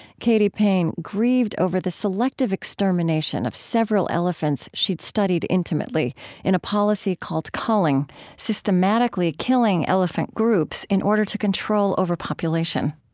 katy payne grieved over the selective extermination of several elephants she'd studied intimately in a policy called culling systematically killing elephant groups in order to control overpopulation